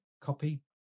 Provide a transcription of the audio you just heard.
copy